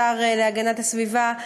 השר להגנת הסביבה,